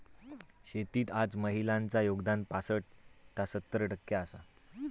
शेतीत आज महिलांचा योगदान पासट ता सत्तर टक्के आसा